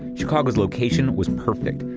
chicago's location was perfect,